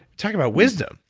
talk about wisdom,